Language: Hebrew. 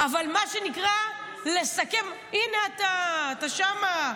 אבל מה שנקרא לסכם, הינה אתה, אתה שם.